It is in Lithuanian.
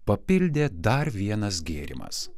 papildė dar vienas gėrimas